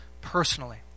personally